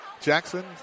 Jackson